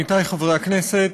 עמיתי חברי הכנסת,